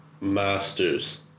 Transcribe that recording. masters